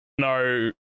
no